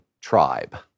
tribe